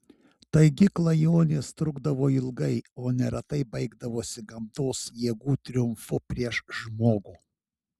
taigi klajonės trukdavo ilgai o neretai baigdavosi gamtos jėgų triumfu prieš žmogų